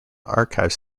archives